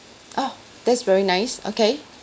oh that's very nice okay